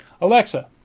Alexa